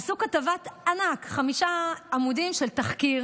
עשו כתבת ענק, חמישה עמודים של תחקיר